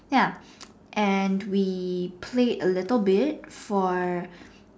ya and we played a little bit for